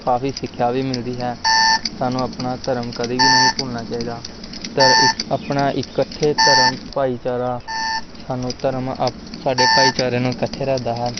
ਕਾਫ਼ੀ ਸਿੱਖਿਆ ਵੀ ਮਿਲਦੀ ਹੈ ਸਾਨੂੰ ਆਪਣਾ ਧਰਮ ਕਦੇ ਵੀ ਨਹੀਂ ਭੁੱਲਣਾ ਚਾਹੀਦਾ ਧਰ ਇੱਕ ਆਪਣਾ ਇਕੱਠੇ ਧਰਮ ਭਾਈਚਾਰਾ ਸਾਨੂੰ ਧਰਮ ਆ ਸਾਡੇ ਭਾਈਚਾਰੇ ਨੂੰ ਇਕੱਠੇ ਰੱਖਦਾ ਹੈ